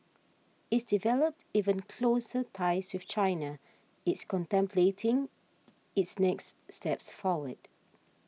it's developed even closer ties with China it's contemplating its next steps forward